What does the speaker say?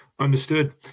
Understood